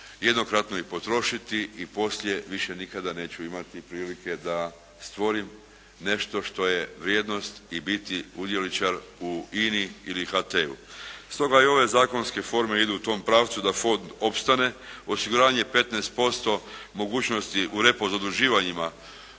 jednokratno i potrošiti i poslije više nikada neću imati prilike da stvorim nešto što je vrijednost i biti udioničar u INA-i ili HT-u. Stoga i ove zakonske forme idu u tom pravcu da fond opstane. Osiguranje 15% mogućnosti u …/Govornik